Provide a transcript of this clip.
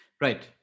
Right